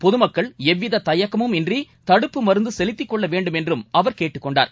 பொதமக்கள் எவ்வித தயக்கமும் இன்றி தடுப்பு மருந்து செலுத்திக் கொள்ள வேண்டும் என்றம் அவர் கேட்டுக் கொண்டார்